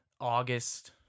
August